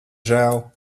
žēl